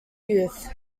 youth